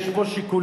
יש פה שיקולים,